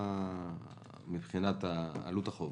מבחינת עלות החוב,